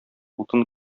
утын